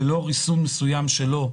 ללא ריסון מסוים שלו,